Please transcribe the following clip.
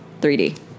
3d